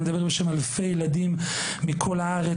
אני מדבר בשם אלפי ילדים מכל הארץ